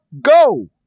go